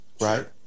right